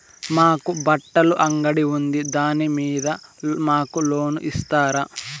మాకు బట్టలు అంగడి ఉంది దాని మీద మాకు లోను ఇస్తారా